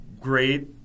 great